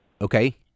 okay